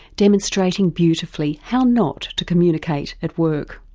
demonstrating beautifully how not to communicate at work.